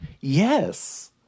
Yes